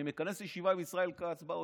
אני מכנס ישיבה עם ישראל כץ באוצר,